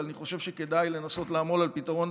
אבל אני חושב שכדאי לנסות לעמול על פתרון